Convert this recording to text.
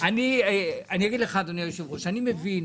לך אדוני היושב ראש, אני מבין